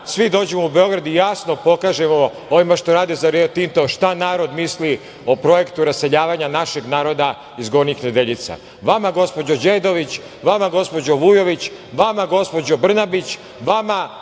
svi dođu u Beograd i jasno pokažemo ovima što rade za „Rio Tinto“ šta narod misli o projektu raseljavanja našeg naroda iz Gornjih Nedeljica. Vama gospođo Đedović, vama gospođo Vujović, vama gospođo Brnabić, vama